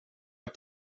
att